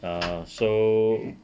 err so